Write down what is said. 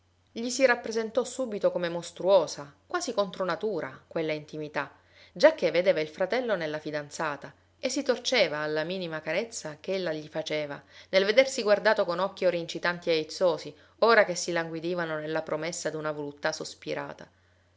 gli si rappresentò subito come mostruosa quasi contro natura quella intimità giacché vedeva il fratello nella fidanzata e si torceva alla minima carezza ch'ella gli faceva nel vedersi guardato con occhi ora incitanti e aizzosi ora che s'illanguidivano nella promessa d'una voluttà sospirata